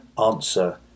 answer